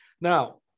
now